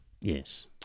Yes